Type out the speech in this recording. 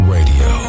Radio